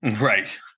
Right